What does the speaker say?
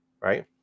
Right